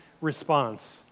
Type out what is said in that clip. response